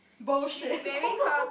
bullshit